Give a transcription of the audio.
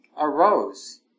arose